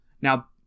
Now